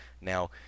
now